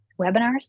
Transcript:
webinars